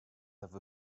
have